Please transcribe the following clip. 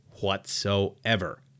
whatsoever